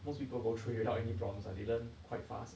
most people go through it without any problems they learn quite fast ah